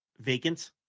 vacant